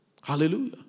Hallelujah